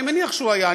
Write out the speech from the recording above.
אני מניח שהוא היה,